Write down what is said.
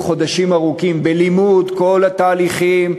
חודשים ארוכים בלימוד כל התהליכים,